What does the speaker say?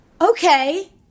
Okay